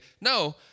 no